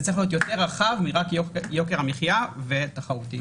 צריך להיות יותר רחב מיוקר המחיה בלבד וגם תחרותי.